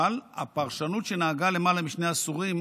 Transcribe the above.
אבל הפרשנות שנהגה למעלה משני עשורים,